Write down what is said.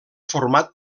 format